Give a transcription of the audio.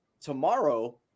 Tomorrow